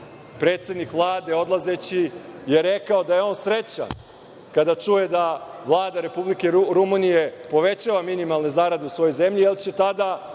krije. Predsednik Vlade odlazeći rekao je da je on srećan kada čuje da Vlada Republike Rumunije povećava minimalnu zaradu u svojoj zemlji jer će tada